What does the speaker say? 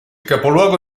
capoluogo